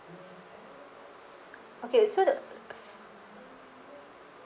okay so the